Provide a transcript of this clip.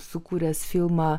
sukūręs filmą